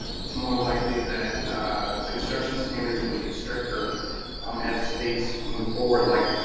it's more likely that construction standards would get stricter um as states move forward like